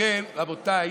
לכן, רבותיי,